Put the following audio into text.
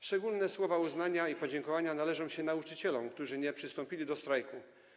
Szczególne słowa uznania i podziękowania należą się nauczycielom, którzy nie przystąpili do strajku.